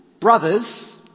brothers